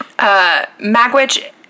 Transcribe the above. Magwitch